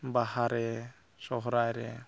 ᱵᱟᱦᱟᱨᱮ ᱥᱚᱦᱚᱨᱟᱭᱨᱮ